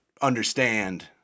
understand